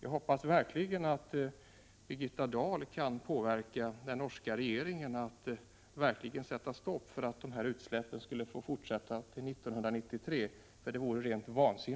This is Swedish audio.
Jag hoppas verkligen att Birgitta Dahl kan påverka den norska regeringen att sätta stopp för att dessa utsläpp skulle få fortsätta till 1993 — vilket vore rent vansinne.